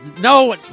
No